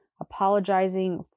apologizing